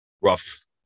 rough